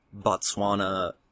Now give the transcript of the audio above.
Botswana